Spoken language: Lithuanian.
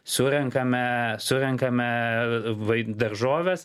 surenkame surenkame daržoves